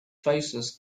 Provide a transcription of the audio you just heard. faces